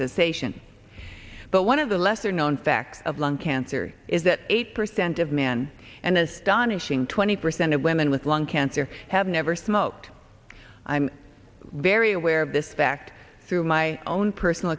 cessation but one of the lesser known facts of lung cancer is that eight percent of men and as vanishing twenty percent of women with lung cancer have never smoked i'm very aware of this fact through my own personal